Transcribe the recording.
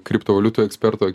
kriptovaliutų eksperto